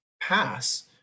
pass